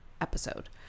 episode